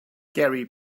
gary